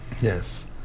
Yes